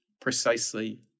precisely